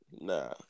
nah